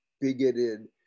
bigoted